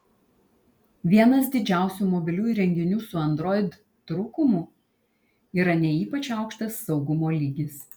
vienas didžiausių mobilių įrenginių su android trūkumų yra ne ypač aukštas saugumo lygis